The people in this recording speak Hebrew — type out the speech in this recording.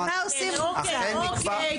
ומה עושים מול --- אוקיי, אוקיי.